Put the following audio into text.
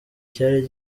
cyari